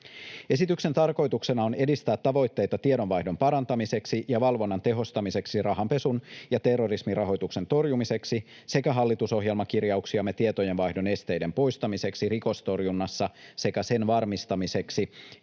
Esityksen tarkoituksena on edistää tavoitteita tiedonvaihdon parantamiseksi ja valvonnan tehostamiseksi rahanpesun ja terrorismin rahoituksen torjumiseksi sekä hallitusohjelmakirjauksiamme tietojenvaihdon esteiden poistamiseksi rikostorjunnassa sekä sen varmistamiseksi,